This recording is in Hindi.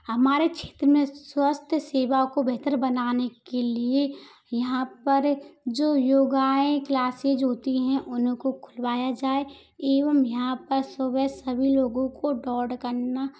हमारे क्षेत्र में स्वास्थ्य सेवा को बेहतर बनाने के लिए यहाँ पर जो योगाएं क्लासेस होती हैं उनको खुलवाया जाए एवं यहाँ पर सुबह सभी लोगों को दौड़ करना